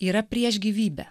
yra prieš gyvybę